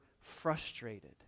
frustrated